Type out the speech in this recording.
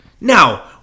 Now